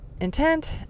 intent